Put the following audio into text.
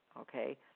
okay